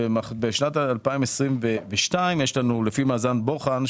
בשנת 2022 לפי מאזן בוחן,